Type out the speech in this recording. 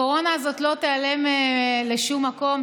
הקורונה הזאת לא תיעלם לשום מקום,